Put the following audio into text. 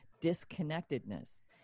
disconnectedness